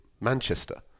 Manchester